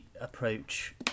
approach